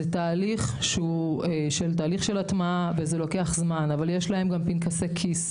זה תהליך של הטמעה וזה לוקח זמן אבל יש להם גם פנקסי כיס,